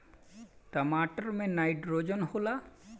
टमाटर मे नाइट्रोजन होला?